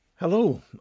Hello